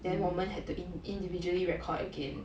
then 我们 had to individually record again